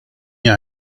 mir